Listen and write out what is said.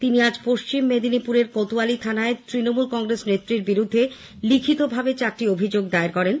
তিনি আজ পশ্চিম মেদিনীপুরের কোতোয়ালি থানায় তৃণমূল কংগ্রেস নেত্রীর বিরুদ্ধে লিখিতভাবে চারটি অভিযোগ দায়ের করেন